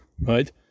right